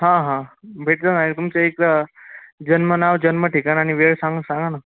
हां हां भेटलं नाही तुमचं इथलं जन्म नाव जन्म ठिकाण आणि वेळ सांग सांगा ना